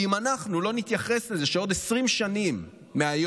ואם אנחנו לא נתייחס לזה שעוד 20 שנים מהיום,